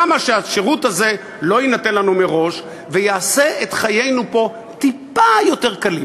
למה שהשירות הזה לא יינתן לנו מראש ויעשה את חיינו פה טיפה יותר קלים?